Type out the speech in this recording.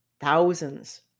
thousands